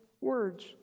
words